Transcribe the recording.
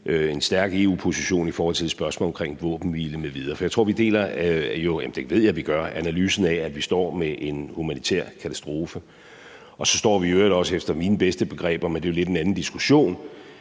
en stærk EU-position i forhold til spørgsmålet omkring våbenhvilen m.v. For jeg tror, vi deler – det ved jeg vi gør – analysen af, at vi står med en humanitær katastrofe. Så står vi i øvrigt også efter mine bedste begreber – men det er jo lidt en anden diskussion